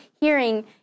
hearing